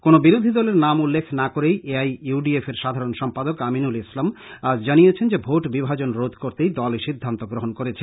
কোন বিরোধী দলের নাম উল্লেখ করেই A I U D F এর সাধারণ সম্পাদক আমিনল ইসলাম আজ জানিয়েছেন যে ভোট বিভাজন রোধ করতেই দল এই সিদ্ধান্ত গ্রহণ করেছে